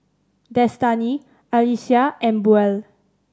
Destany Alecia and Buell